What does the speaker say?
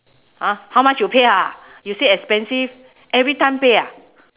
!huh! how much you pay ah you say expensive every time pay ah